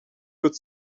could